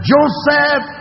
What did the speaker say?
Joseph